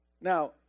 Now